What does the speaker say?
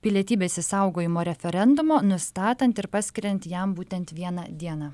pilietybės išsaugojimo referendumo nustatant ir paskiriant jam būtent vieną dieną